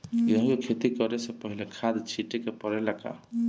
गेहू के खेती करे से पहिले खाद छिटे के परेला का?